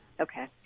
Okay